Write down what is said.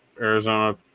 Arizona